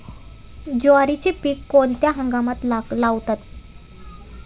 ज्वारीचे पीक कोणत्या हंगामात लावतात?